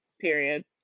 Period